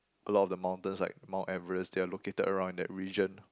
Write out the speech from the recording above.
a lot of the mountains like Mount Everest they are located around in that region